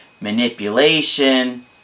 manipulation